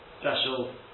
special